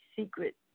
Secret